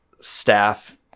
staff